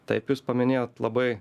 taip jūs paminėjot labai